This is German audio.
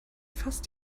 fast